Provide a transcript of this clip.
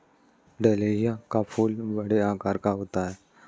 dahlia का फूल बड़े आकार का होता है